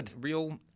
real